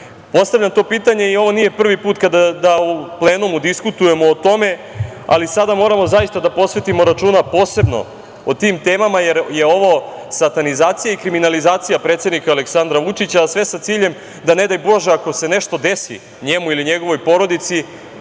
iskazom? Postavljam to pitanje i ovo nije prvi put kada u plenumu diskutujemo o tome, ali sada moramo zaista da posvetimo računa posebno o tim temama, jer je ovo satanizacija i kriminalizacija predsednika Aleksandra Vučića, a sve sa ciljem da ne daj Bože, ako se nešto desi njemu ili njegovoj porodici